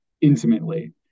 intimately